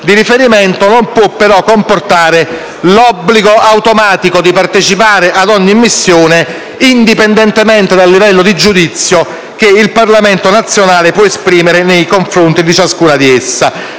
di riferimento non può però comportare l'obbligo automatico di partecipare ad ogni missione, indipendentemente dal livello di giudizio che il Parlamento nazionale può esprimere nei confronti di ciascuna di esse.